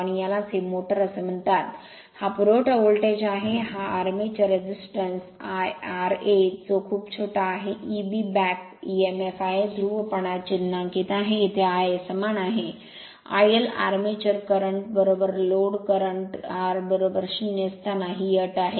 आणि यालाच हे मोटर असे म्हणतात हा पुरवठा व्होल्टेज आहे हा आर्मेचर रेझिस्टन्स ra जो खूप छोटा आहे Eb बॅक emf आहे ध्रुवपणा चिन्हांकित आहे येथे Ia समान आहे IL armature current load current r 0 असताना ही अट आहे